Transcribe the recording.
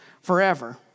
forever